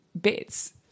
bits